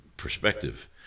Perspective